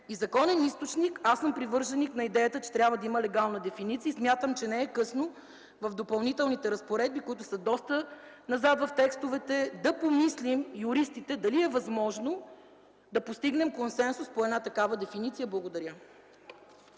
и законен източник аз съм привърженик на идеята, че трябва да има легална дефиниция и смятам, че не е късно в допълнителните разпоредби, които са доста назад в текстовете, юристите да помислим дали е възможно да постигнем консенсус по една такава дефиниция. Благодаря.